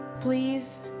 please